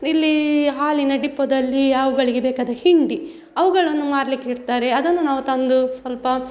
ಇಲ್ಲಿ ಹಾಲಿನ ಡಿಪ್ಪೋದಲ್ಲಿ ಅವುಗಳಿಗೆ ಬೇಕಾದ ಹಿಂಡಿ ಅವುಗಳನ್ನು ಮಾರಲಿಕ್ಕೆ ಇಡ್ತಾರೆ ಅದನ್ನು ನಾವು ತಂದು ಸ್ವಲ್ಪ